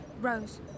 Rose